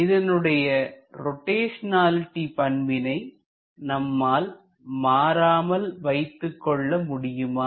இதனுடைய ரொட்டேஷனலிட்டி பண்பினை நம்மால் மாறாமல் வைத்துக்கொள்ள முடியுமா